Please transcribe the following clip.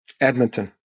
Edmonton